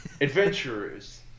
Adventurers